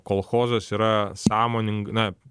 kolchozas yra sąmoning na